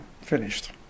finished